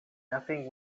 nothing